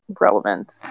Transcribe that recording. Relevant